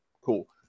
cool